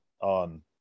on